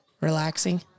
relaxing